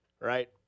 right